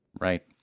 Right